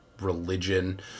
religion